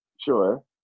Sure